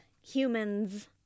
humans